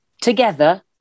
together